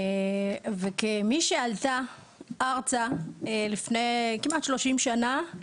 וכמי שעלתה ארצה לפני כמעט שלושים שנים,